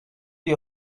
you